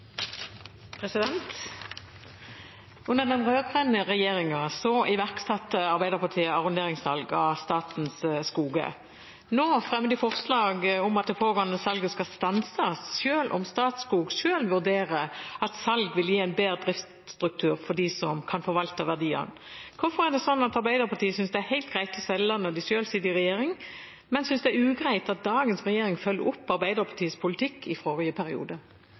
Under den rød-grønne regjeringen iverksatte Arbeiderpartiet arronderingssalg av statens skoger. Nå fremmer de forslag om at det pågående salget skal stanses, selv om Statskog selv vurderer at salg vil gi en bedre driftsstruktur for dem som kan forvalte verdiene. Hvorfor er det sånn at Arbeiderpartiet syns det er helt greit å selge når de selv sitter i regjering, men syns det er ugreit at dagens regjering følger opp Arbeiderpartiets politikk i forrige periode?